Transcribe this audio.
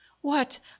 What